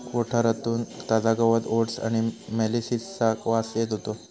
कोठारातून ताजा गवत ओट्स आणि मोलॅसिसचा वास येत होतो